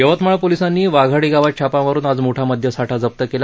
यवतमाळ पोलिसांनी वाघाडी गावात छापा मारुन आज मोठा मद्यसाठा जप्त केला